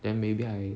then maybe I